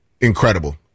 incredible